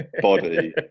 body